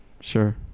sure